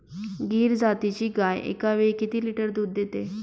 गीर जातीची गाय एकावेळी किती लिटर दूध देते?